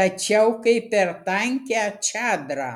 tačiau kaip per tankią čadrą